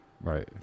Right